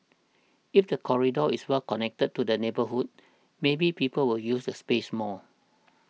if the corridor is well connected to the neighbourhood maybe people will use the space more